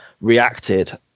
reacted